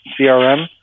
CRM